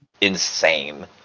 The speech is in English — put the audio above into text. insane